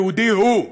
יהודי הוא.